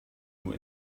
nur